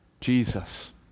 Jesus